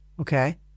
Okay